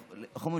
איך אומרים,